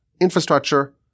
infrastructure